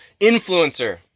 influencer